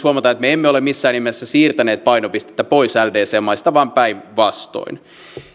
huomata että me emme ole missään nimessä siirtäneet painopistettä pois ldc ldc maista vaan päinvastoin